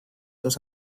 dos